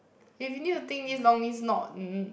if you need to think this long means not m~